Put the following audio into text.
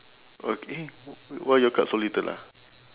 ok~ eh why your card so little ah